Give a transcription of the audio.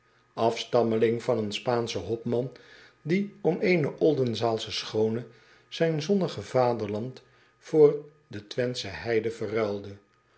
afstammeling van een paanschen hopman die om eene ldenzaalsche schoone zijn zonnig vaderland voor de wenthsche heide